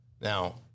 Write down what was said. Now